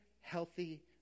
healthy